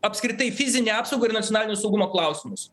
apskritai fizinę apsaugą ir nacionalinio saugumo klausimus